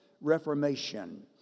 Reformation